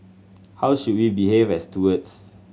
how should we behave as stewards